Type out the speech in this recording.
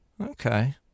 Okay